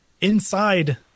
inside